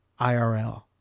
IRL